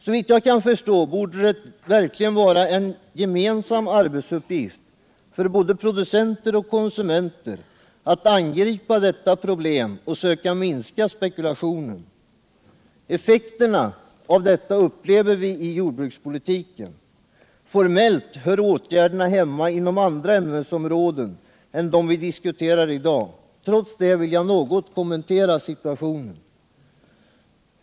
Såvitt jag kan förstå borde det verkligen vara en gemensam arbetsuppgift för både producenter och konsumenter att angripa detta problem och söka minska spekulationen. Effekterna av dessa förhållanden upplever vi i jordbrukspolitiken. Formellt hör åtgärderna hemma inom andra ämnesområden än de vi diskuterar i dag. Trots detta vill jag något kommentera situationen.